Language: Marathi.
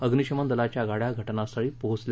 अग्निशमन दलाच्या गाड्या घटनास्थळी पोचल्या